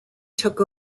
took